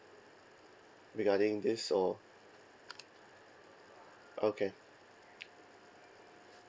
regarding this or okay